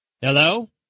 Hello